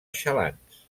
xalans